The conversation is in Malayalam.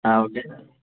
ആ ഓക്കെ